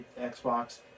Xbox